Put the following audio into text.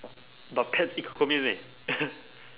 but pets eat ke kou mian meh